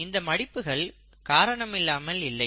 இந்த மடிப்புகள் காரணம் இல்லாமல் இல்லை